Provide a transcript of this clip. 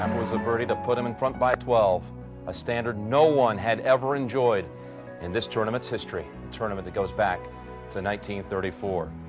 um was a birdie to put em in front by twelve a standard no one had ever enjoyed in this tournament's history. tournament to the goes back to nineteen-thirty-four.